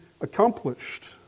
accomplished